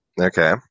Okay